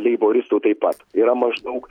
leiboristų taip pat yra maždaug